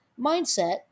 mindset